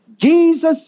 Jesus